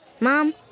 Mom